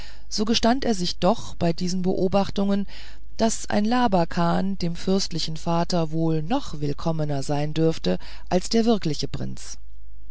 so gestand er sich doch bei diesen beobachtungen daß ein labakan dem fürstlichen vater wohl noch willkommener sein dürfte als der wirkliche prinz